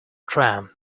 tram